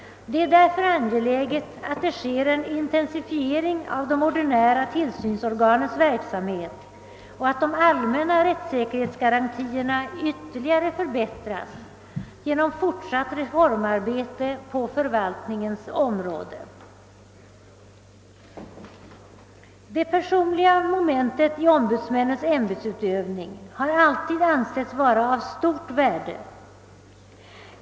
Det är därför angeläget att det sker en intensifiering av de ordinära tillsynsorganens verksamhet och att de allmänna rättssäkerhetsgarantierna ytterligare förbättras genom fortsatt reformarbete på förvaltningsrättens område. Det personliga momentet i ombudsmännens ämbetsutövning har alltid ansetts vara av stort värde.